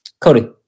Cody